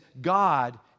God